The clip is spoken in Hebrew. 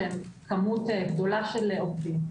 שהם כמות גדולה של עובדים.